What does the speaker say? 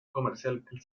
comercialmente